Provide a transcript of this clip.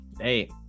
Hey